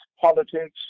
politics